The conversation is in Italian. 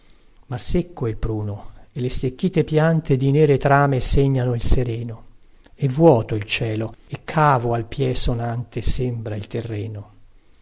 secco è il pruno e le stecchite piante di nere trame segnano il sereno e vuoto il cielo e cavo al piè sonante sembra il terreno